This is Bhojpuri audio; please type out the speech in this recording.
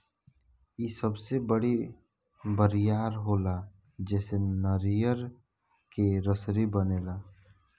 इ सबसे बड़ी बरियार होला जेसे नारियर के रसरी बनेला